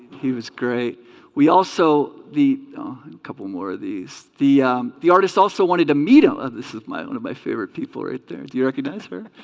he was great we also the couple more of these the the artist also wanted to meet ella this is my one of my favorite people right there do you recognize her